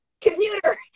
computer